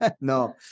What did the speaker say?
No